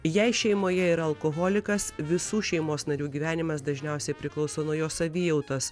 jei šeimoje yra alkoholikas visų šeimos narių gyvenimas dažniausiai priklauso nuo jo savijautos